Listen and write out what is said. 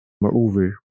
Moreover